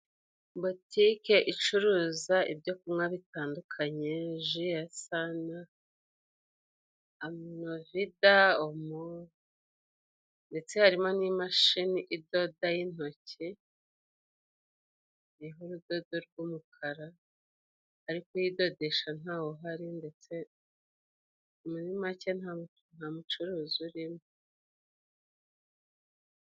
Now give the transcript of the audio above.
Botike icuruza ibyo kunywa bitandukanye ji ya sana, novida, omo, ndetse harimo n'imashini idoda y'intoki iriho urudodo rw'umukara, ariko uyidodesha ntawe uhari ndetse muri make nta mucuruzi urimo.